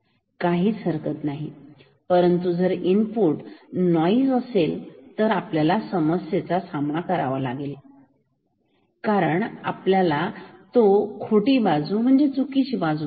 काही हरकत नाही परंतु जर इनपुट नोईस असेल तर आपल्याला समस्या चा सामना करावा लागतो त्कारण आपल्याला खोटी बाजू चुकीची बाजू मिळते